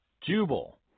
Jubal